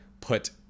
Put